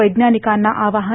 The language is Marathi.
वैज्ञानिकांना आवाहन